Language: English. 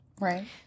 Right